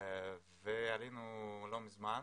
עלינו לא מזמן.